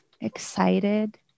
excited